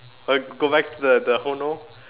uh go go back to the oh no